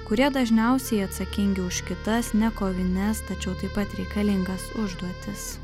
kurie dažniausiai atsakingi už kitas nekovines tačiau taip pat reikalingas užduotis